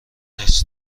نیست